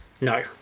No